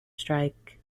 strike